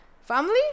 family